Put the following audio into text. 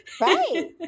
right